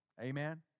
Amen